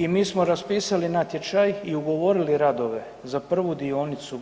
I mi smo raspisali natječaj i ugovorili radove za prvu dionicu